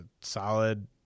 solid